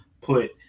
put